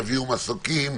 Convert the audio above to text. יביאו מסוקים?